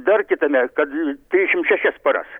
dar kitame kad trisdešimt šešias paras